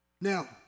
Now